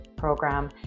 program